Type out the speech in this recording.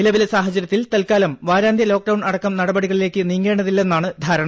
നിലവിലെ സാഹചര്യത്തിൽ തൽക്കാലം വാരാന്ത്യ ലോക്ഡൌൺ അടക്കം നടപടികളിലേക്ക് നീങ്ങേണ്ടതില്ലെന്നാണ് ധാരണ